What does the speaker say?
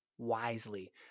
wisely